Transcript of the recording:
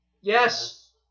Yes